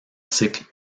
cycle